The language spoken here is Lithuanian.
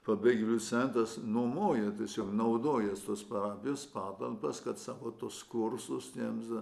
pabėgėlių centras nuomoja tiesiog naudojasi tos parapijos patalpas kad savo tuos kursus tiems